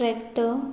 tractor